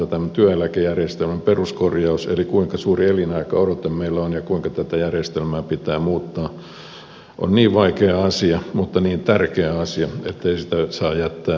tämän työeläkejärjestelmän peruskorjaus eli kuinka suuri elinaikaodote meillä on ja kuinka tätä järjestelmää pitää muuttaa on vaikea asia mutta niin tärkeä asia ettei sitä saa jättää huomioimatta